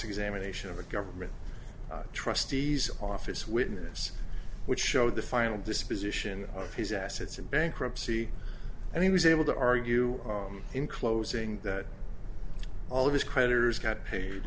examination of the government trustees office witness which showed the final disposition of his assets in bankruptcy and he was able to argue in closing that all of his creditors got paid